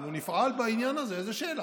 אנחנו נפעל בעניין הזה, איזו שאלה?